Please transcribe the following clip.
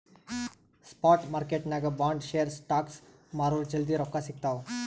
spot ಮಾರ್ಕೆಟ್ನಾಗ್ bond, share, stocks ಮಾರುರ್ ಜಲ್ದಿ ರೊಕ್ಕಾ ಸಿಗ್ತಾವ್